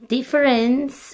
Difference